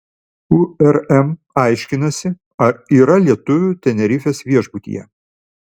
urm aiškinasi ar yra lietuvių tenerifės viešbutyje